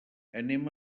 anem